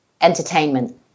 entertainment